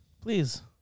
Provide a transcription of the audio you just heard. Please